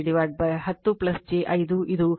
94 ಕೋನ 93